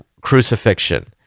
crucifixion